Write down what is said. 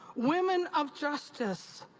women of justice,